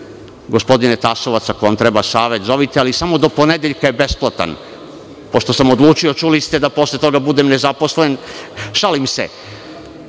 gospodine Tasovac ako vam treba savet zovite, ali samo do ponedeljka je besplatan, pošto sam odlučio čuli ste, da posle toga budem nezaposlen. Šalim se,